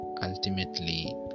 ultimately